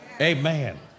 Amen